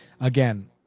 again